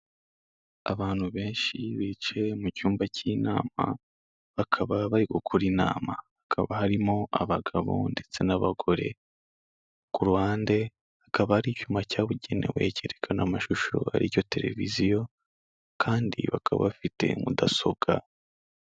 Abantu benshi bicaye mu cyumba cy'inama bakaba bari gukora inama, hakaba harimo abagabo ndetse n'abagore, ku ruhande hakaba ari icyuma cyabugenewe cyerekana amashusho, aricyo televiziyo kandi bakaba bafite mudasobwa.